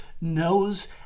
knows